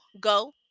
go